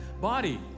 body